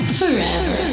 forever